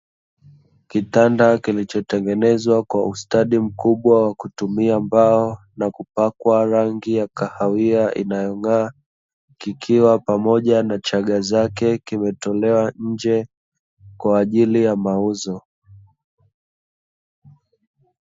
Kitanda kilichotengenezwa kwa ustadi mkubwa wa kutumia mbao na kupakwa rangi ya kahawia inayong'aa, kikiwa pamoja na chaga zake, kimetolewa nje kwa ajili ya mauzo.